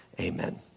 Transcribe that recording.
amen